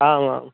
आमाम्